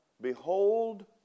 behold